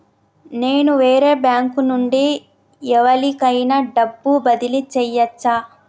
నేను వేరే బ్యాంకు నుండి ఎవలికైనా డబ్బు బదిలీ చేయచ్చా?